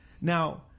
Now